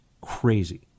crazy